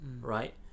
right